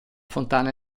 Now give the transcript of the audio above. fontana